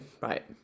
right